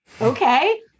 okay